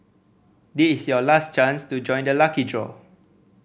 this is your last chance to join the lucky draw